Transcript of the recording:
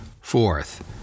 Fourth